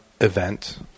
event